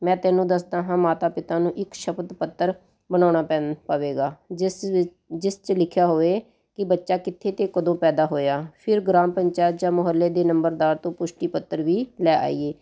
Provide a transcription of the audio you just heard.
ਮੈਂ ਤੈਨੂੰ ਦੱਸਦਾ ਹਾਂ ਮਾਤਾ ਪਿਤਾ ਨੂੰ ਇੱਕ ਸ਼ਬਦ ਪੱਤਰ ਬਣਾਉਣਾ ਪੈਂਦ ਪਵੇਗਾ ਜਿਸ ਵਿੱਚ ਜਿਸ 'ਚ ਲਿਖਿਆ ਹੋਵੇ ਕਿ ਬੱਚਾ ਕਿੱਥੇ ਅਤੇ ਕਦੋਂ ਪੈਦਾ ਹੋਇਆ ਫਿਰ ਗ੍ਰਾਮ ਪੰਚਾਇਤ ਜਾਂ ਮੁਹੱਲੇ ਦੇ ਨੰਬਰਦਾਰ ਤੋਂ ਪੁਸ਼ਟੀ ਪੱਤਰ ਵੀ ਲੈ ਆਈਏ